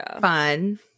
fun